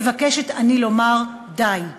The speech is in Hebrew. מבקשת אני לומר די.